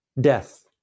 death